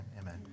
amen